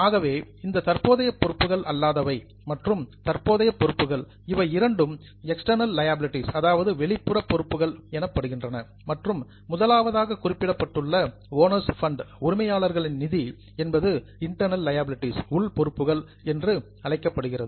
ஆகவே இந்த தற்போதைய பொறுப்புகள் அல்லாதவை மற்றும் தற்போதைய பொறுப்புகள் இவை இரண்டும் எக்ஸ்ட்டர்ணல் லியாபிலிடீஸ் வெளிப்புற பொறுப்புகள் எனப்படுகின்றன மற்றும் முதலாவதாக குறிப்பிடப்பட்டுள்ள ஓனர்ஸ் ஃபண்ட் உரிமையாளர்களின் நிதி என்பது இன்டர்ணல் லியாபிலிடீஸ் உள் பொறுப்புகள் என்று அழைக்கப்படுகிறது